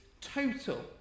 total